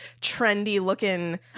trendy-looking